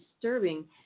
disturbing